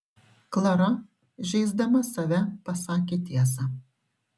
klara žeisdama save pasakė tiesą